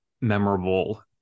memorable